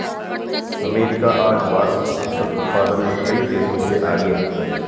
America आज वार्षिक फसल उत्पादन में कई देशों से आगे है